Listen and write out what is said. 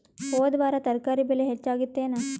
ಹೊದ ವಾರ ತರಕಾರಿ ಬೆಲೆ ಹೆಚ್ಚಾಗಿತ್ತೇನ?